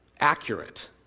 Accurate